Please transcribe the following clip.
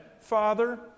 Father